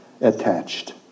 attached